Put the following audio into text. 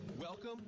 welcome